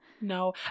No